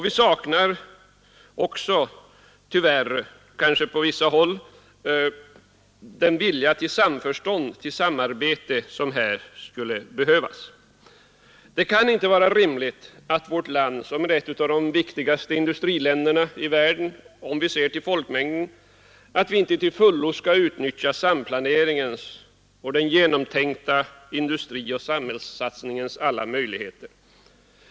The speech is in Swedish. Vi saknar tyvärr också på vissa håll den vilja till samförstånd och samarbete som här skulle behövas. Det kan inte vara rimligt att vårt land, som är ett av de viktigare industriländerna i världen om vi ser det med hänsyn till folkmängden, inte till fullo utnyttjar samplaneringens och den genomtänkta industrioch samhällssatsningens alla möjligheter.